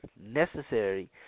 necessary